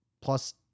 plus